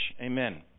Amen